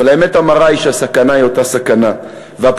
אבל האמת המרה היא שהסכנה היא אותה סכנה והפגיעה